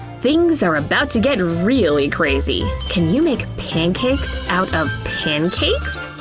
things are about to get really crazy can you make pancakes out of pancakes?